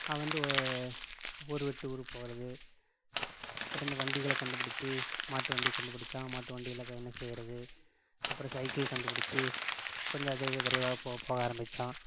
அவன் வந்து ஒரு ஊர் விட்டு ஊர் போகிறது அப்புறம் இந்த வண்டிகளை கண்டுப்பிடிச்சி மாட்டு வண்டி கண்டுப்பிடிச்சான் மாட்டு வண்டியில் பயணம் செய்யுறது அப்புறம் சைக்கிள் கண்டுப்பிடிச்சி கொஞ்சம் அதை விட விரைவாக போக ஆரம்பித்தான்